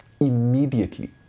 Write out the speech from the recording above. Immediately